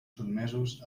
sotmesos